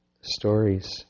stories